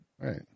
Right